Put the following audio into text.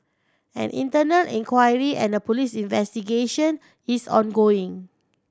an internal inquiry and a police investigation is ongoing